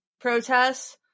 protests